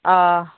ꯑꯥ